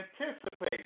Anticipate